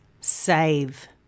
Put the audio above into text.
save